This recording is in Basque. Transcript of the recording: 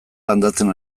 landatzen